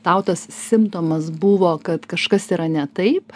tau tas simptomas buvo kad kažkas yra ne taip